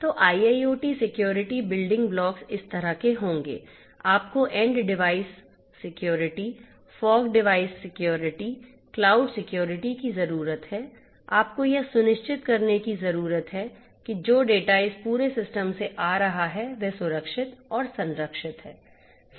तो IIoT security building blocks इस तरह के होंगे आपको end devices security fog devices security cloud security की ज़रूरत है आपको यह सुनिश्चित करने की ज़रूरत है कि जो डेटा इस पूरे सिस्टम से आ रहा है वह सुरक्षित और संरक्षित है